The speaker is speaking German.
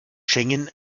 schengen